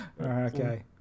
Okay